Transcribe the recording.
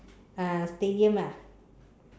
uh stadium ah